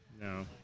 No